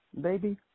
baby